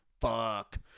fuck